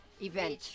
event